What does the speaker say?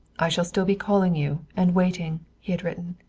i shall still be calling you, and waiting, he had written.